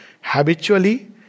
habitually